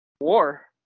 war